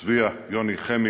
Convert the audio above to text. צביה, יוני, חמי,